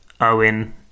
Owen